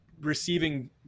receiving